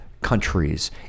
countries